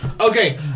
Okay